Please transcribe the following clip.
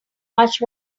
much